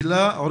והבריאותיים.